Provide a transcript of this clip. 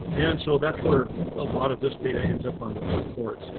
and so that's where a lot of this data ends up on my reports.